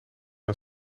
een